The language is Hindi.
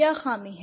क्या खामी रही है